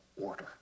order